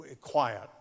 quiet